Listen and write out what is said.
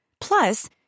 Plus